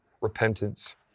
repentance